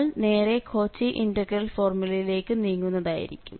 നമ്മൾ നേരെ Cauchy integral ഫോർമുലയിലേക്ക് നീങ്ങുന്നതായിരിക്കും